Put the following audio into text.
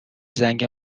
زنگ